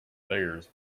beggars